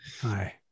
Hi